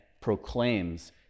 proclaims